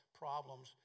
problems